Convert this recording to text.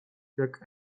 jak